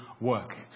work